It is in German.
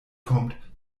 kommt